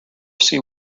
see